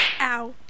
Ow